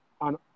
on